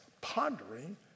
pondering